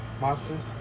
monsters